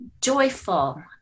joyful